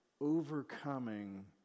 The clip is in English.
overcoming